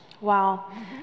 wow